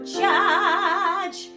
judge